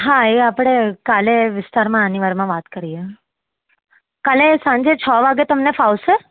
હા એ આપડે કાલે વિસ્તારમાં આની આ વાત કરીએ કાલે સાંજે છ વાગે તમને ફાવશે